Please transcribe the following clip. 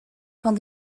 van